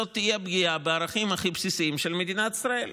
זה יהיה פגיעה בערכים הכי בסיסיים של מדינת ישראל.